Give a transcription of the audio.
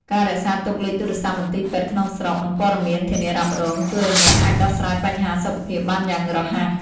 ការរក្សាទុកលេខទូរស័ព្ទមន្ទីរពេទ្យក្នុងស្រុក និងព័ត៌មានធានារ៉ាប់រង ជួយឱ្យអ្នកអាចដោះស្រាយបញ្ហាសុខភាពបានយ៉ាងរហ័ស។